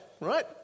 right